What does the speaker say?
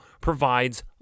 provides